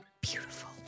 Beautiful